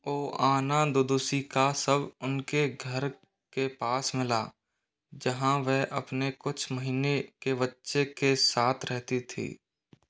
Oana Dudusi का शव उनके घर के पास मिला जहाँ वह अपने कुछ महीने के बच्चे के साथ रहती थी